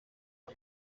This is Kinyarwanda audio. ayo